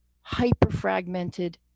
hyper-fragmented